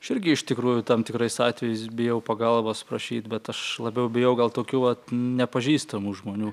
aš irgi iš tikrųjų tam tikrais atvejais bijau pagalbos prašyt bet aš labiau bijau gal tokių vat nepažįstamų žmonių